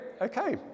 okay